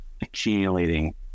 accumulating